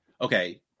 okay